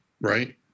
right